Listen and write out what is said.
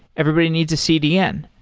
everybody needs a cdn.